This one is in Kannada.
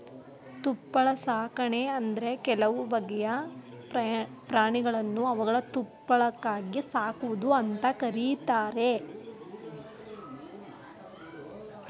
ತುಪ್ಪಳ ಸಾಕಣೆ ಅಂದ್ರೆ ಕೆಲವು ಬಗೆಯ ಪ್ರಾಣಿಗಳನ್ನು ಅವುಗಳ ತುಪ್ಪಳಕ್ಕಾಗಿ ಸಾಕುವುದು ಅಂತ ಕರೀತಾರೆ